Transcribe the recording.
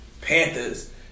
Panthers